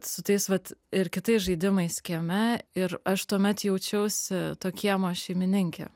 su tais vat ir kitais žaidimais kieme ir aš tuomet jaučiausi to kiemo šeimininkė